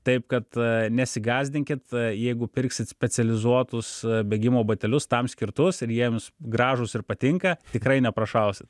taip kad nesigąsdinkit jeigu pirksit specializuotus bėgimo batelius tam skirtus ir jiems gražūs ir patinka tikrai neprašausit